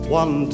one